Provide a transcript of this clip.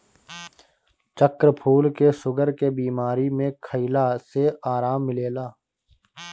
चक्रफूल के शुगर के बीमारी में खइला से आराम मिलेला